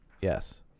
Yes